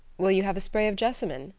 will you have a spray of jessamine?